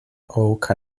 oak